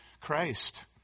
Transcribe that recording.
Christ